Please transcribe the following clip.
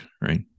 right